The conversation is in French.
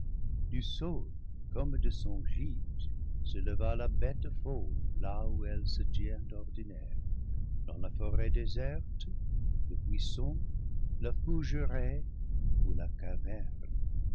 du sol comme de son gîte se leva la bête fauve là où elle se tient d'ordinaire dans la forêt déserte le buisson la fougeraie ou la caverne